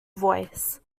voice